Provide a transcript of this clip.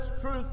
truth